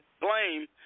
blame